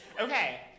Okay